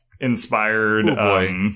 inspired